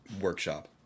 workshop